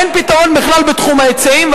אין פתרון בכלל בתחום ההיצעים,